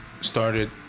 started